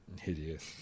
Hideous